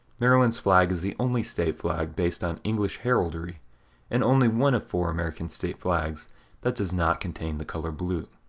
maryland's flag is the only state flag based on english heraldry and only one of four american state flags that does not contain the color blue.